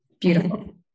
Beautiful